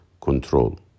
control